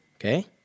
okay